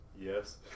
Yes